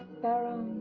baron